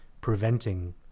Preventing